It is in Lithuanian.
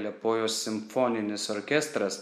liepojos simfoninis orkestras